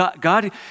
God